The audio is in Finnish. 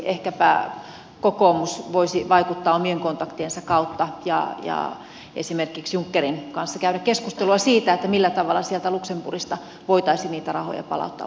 ehkäpä kokoomus voisi vaikuttaa omien kontaktiensa kautta ja esimerkiksi junckerin kanssa käydä keskustelua siitä millä tavalla sieltä luxemburgista voitaisiin niitä rahoja palauttaa ukrainan kansalle